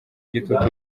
igitutu